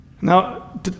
Now